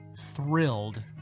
thrilled